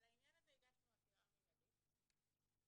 על העניין הזה הגשנו עתירה מנהלית שבסופה,